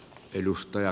kiitoksia